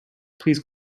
please